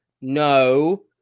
No